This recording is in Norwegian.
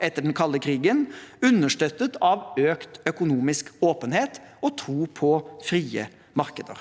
etter den kalde krigen, understøttet av økt økonomisk åpenhet og tro på frie markeder.